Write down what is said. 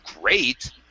great